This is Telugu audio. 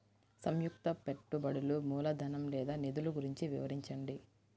సంయుక్త పెట్టుబడులు మూలధనం లేదా నిధులు గురించి వివరించండి?